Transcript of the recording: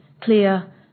clear